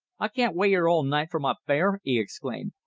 i can't wait ere all night for my fare! he exclaimed.